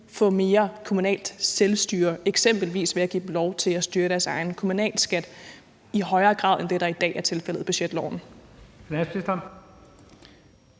få mere kommunalt selvstyre, eksempelvis ved at give dem lov til at styre deres egen kommunalskat, i højere grad end det, der i dag er tilfældet i budgetloven?